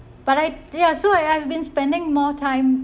but I ya so I I've been spending more time